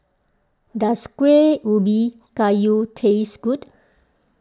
does Kueh Ubi Kayu taste good